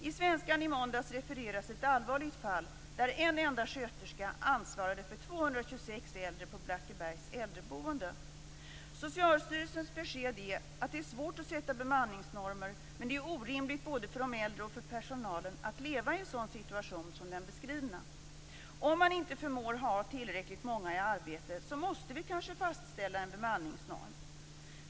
I Svenska Dagbladet i måndags refereras ett allvarligt fall, där en enda sköterska ansvarade för 226 äldre på Blackebergs äldreboende. Socialstyrelsens besked är att det är svårt att sätta bemanningsnormer, men det är orimligt både för de äldre och för personalen att leva i en sådan situation som den beskrivna. Om man inte förmår ha tillräckligt många i arbete måste vi kanske fastställa en bemanningsnorm.